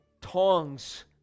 tongs